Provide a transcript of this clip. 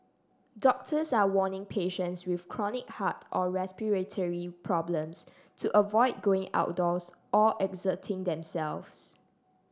doctors are warning patients with chronic heart or respiratory problems to avoid going outdoors or exerting themselves